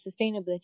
sustainability